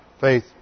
faith